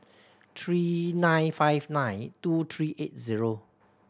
three nine five nine two three eight zero